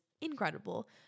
incredible